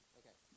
okay